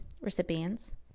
recipients